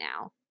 now